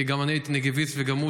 כי גם אני הייתי נגביסט וגם הוא.